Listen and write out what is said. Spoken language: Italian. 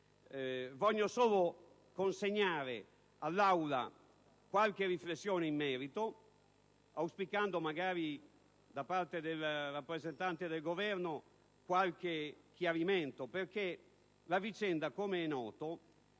Desidero solo consegnare alla Aula qualche riflessione in merito, auspicando da parte del rappresentante del Governo un qualche chiarimento, in quanto la vicenda - com'è noto